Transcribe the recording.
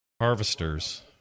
Harvesters